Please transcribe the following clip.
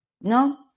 No